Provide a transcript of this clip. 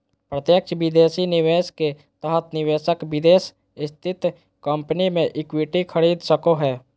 प्रत्यक्ष विदेशी निवेश के तहत निवेशक विदेश स्थित कम्पनी मे इक्विटी खरीद सको हय